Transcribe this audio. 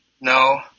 No